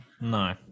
no